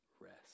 rest